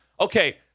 Okay